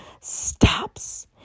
stops